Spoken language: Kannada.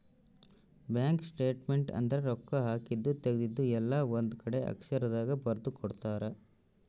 ಬ್ಯಾಂಕ್ ಸ್ಟೇಟ್ಮೆಂಟ್ ಅಂದ್ರ ರೊಕ್ಕ ಹಾಕಿದ್ದು ತೆಗ್ದಿದ್ದು ಎಲ್ಲ ಒಂದ್ ಕಡೆ ಅಕ್ಷರ ದಾಗ ಬರ್ದು ಕೊಡ್ತಾರ